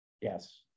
Yes